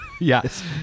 Yes